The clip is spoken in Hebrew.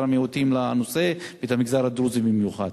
המיעוטים לנושא ואת המגזר הדרוזי במיוחד.